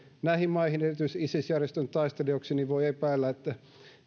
näihin maihin erityisesti isis järjestön taistelijoiksi voi epäillä että